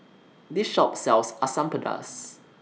This Shop sells Asam Pedas